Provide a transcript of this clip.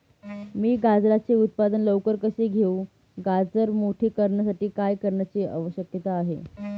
मी गाजराचे उत्पादन लवकर कसे घेऊ? गाजर मोठे करण्यासाठी काय करण्याची आवश्यकता आहे?